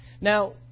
Now